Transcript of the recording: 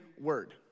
word